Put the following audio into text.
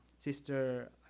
Sister